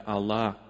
Allah